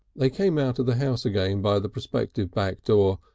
they came out of the house again by the prospective back door,